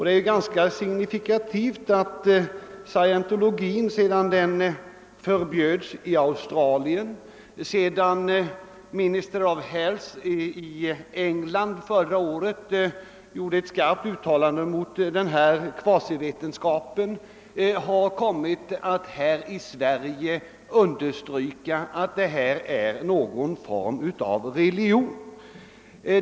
Det är ganska signifikativt att scientologin sedan den förbjudits i Austra lien och efter det att hälsovårdsministern i England förra året gjorde ett skarpt uttalande mot denna kvasivetenskap, i Sverige kommit att understryka att den är en form av religion.